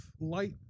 light